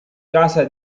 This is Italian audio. casa